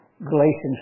Galatians